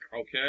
okay